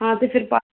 ਹਾਂ ਤੇ ਫਿਰ ਪਾ